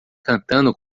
cantando